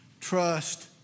Trust